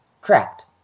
Correct